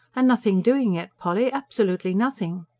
and nothing doing yet, polly. absolutely nothing!